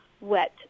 wet